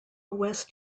west